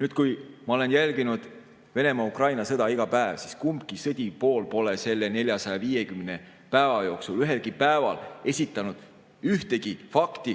nüüd, kui ma olen jälginud Venemaa-Ukraina sõda iga päev, siis kumbki pool pole selle 450 päeva jooksul ühelgi päeval esitanud ühtegi fakti,